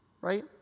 Right